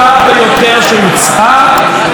גם חבר הכנסת בן ראובן,